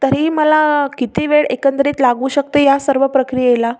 तरीही मला किती वेळ एकंदरीत लागू शकते या सर्व प्रक्रियेला